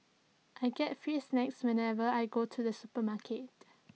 I get free snacks whenever I go to the supermarket